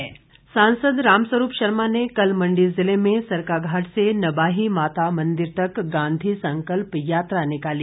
रामस्वरूप सांसद रामस्वरूप शर्मा ने कल मंडी जिले केसरकाघाट से नवाही माता मंदिर तक गाँधी संकल्प यात्रा निकाली